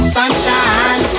Sunshine